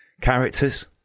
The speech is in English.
Characters